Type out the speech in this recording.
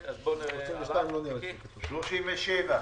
זו לא המתכונת החדשה,